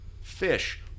Fish